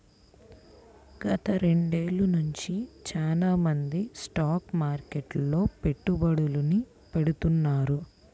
గత రెండేళ్ళ నుంచి చానా మంది స్టాక్ మార్కెట్లో పెట్టుబడుల్ని పెడతాన్నారు